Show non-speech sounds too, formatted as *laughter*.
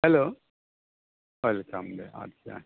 hello *unintelligible*